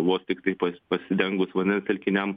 vos tiktai pas pasidengus vandens telkiniam